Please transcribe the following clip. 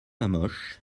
hamoche